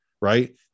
right